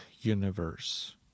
universe